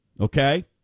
okay